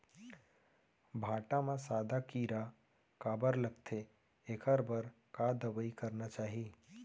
भांटा म सादा कीरा काबर लगथे एखर बर का दवई करना चाही?